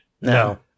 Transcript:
No